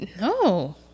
No